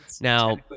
Now